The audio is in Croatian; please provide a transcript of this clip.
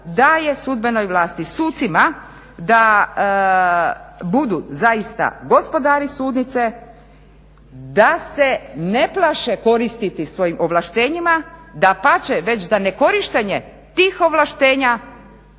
daje sudbenoj vlasti, sucima da budu zaista gospodari sudnice, da se ne plaše koristiti svojim ovlaštenjima, dapače već da ne korištenje tih ovlaštenja